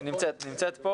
היא נמצאת.